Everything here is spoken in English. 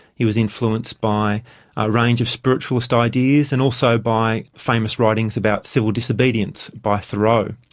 he was influenced by a range of spiritualist ideas, and also by famous writings about civil disobedience by thoreau.